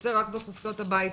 ויוצא רק בחופשות הביתה.